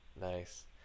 Nice